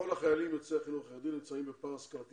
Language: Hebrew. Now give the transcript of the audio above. כל החיילים יוצאי החינוך החרדי נמצאים בפער השכלתי